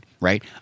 right